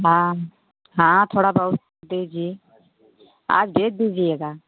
हाँ हाँ थोड़ा बहुत दीजिए आ दे दीजिएगा